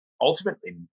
Ultimately